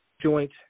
joint